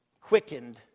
quickened